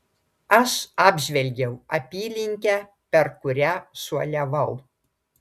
aš apžvelgiau apylinkę per kurią šuoliavau